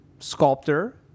sculptor